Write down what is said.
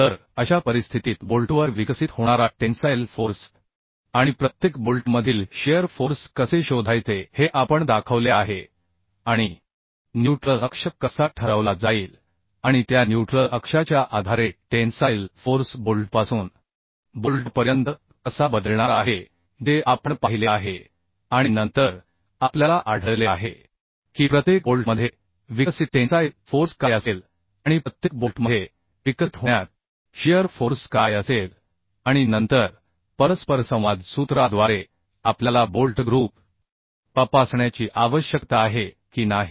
तर अशा परिस्थितीत बोल्टवर विकसित होणारा टेन्साइल फोर्स आणि प्रत्येक बोल्टमधील शियर फोर्स कसे शोधायचे हे आपण दाखवले आहे न्यूट्रल अक्ष कसा ठरवला जाईल आणि त्या न्यूट्रल अक्षाच्या आधारे टेन्साइल फोर्स बोल्टपासून बोल्टपर्यंत कसा बदलणार आहे जे आपण पाहिले आहे आणि नंतर आपल्याला आढळले आहे की प्रत्येक बोल्टमध्ये विकसित टेन्साइल फोर्स काय असेल आणि प्रत्येक बोल्टमध्ये विकसित होण्यात शियर फोर्स काय असेल आणि नंतर परस्परसंवाद सूत्राद्वारे आपल्याला बोल्ट ग्रुप तपासण्याची आवश्यकता आहे की नाही